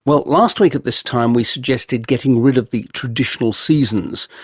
well last week at this time we suggested getting rid of the traditional seasons,